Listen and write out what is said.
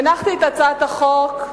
הנחתי את הצעת החוק,